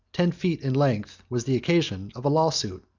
ten feet in length, was the occasion of a lawsuit.